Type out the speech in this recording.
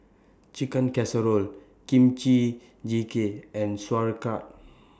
Chicken Casserole Kimchi Jjigae and Sauerkraut